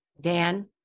dan